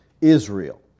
Israel